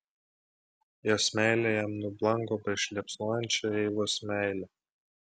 jos meilė jam nublanko prieš liepsnojančią eivos meilę